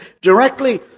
directly